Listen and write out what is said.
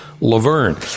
Laverne